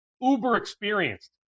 uber-experienced